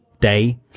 day